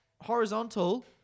Horizontal